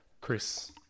Chris